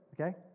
Okay